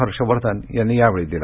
हर्षवर्धन यांनी यावेळी दिला